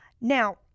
Now